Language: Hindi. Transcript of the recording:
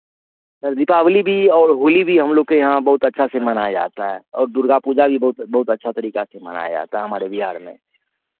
सर दीपावली भी और होली भी हम लोग के यहाँ बहुत अच्छा से मनाया जाता है और दुर्गा पूजा भी बहुत बहुत अच्छा तरीका से मनाया जाता है हमारे बिहार में